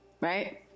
right